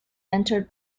entered